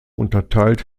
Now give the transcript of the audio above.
unterteilt